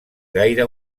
gaire